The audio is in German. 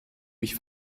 mich